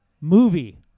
movie